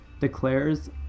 declares